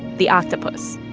the octopus,